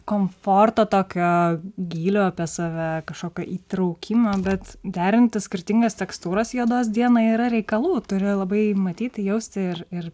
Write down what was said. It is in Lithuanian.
komforto tokio gylio apie save kažkokio įtraukimo bet derintis skirtingas tekstūras juodas dieną yra reikalų turi labai matyti jausti ir ir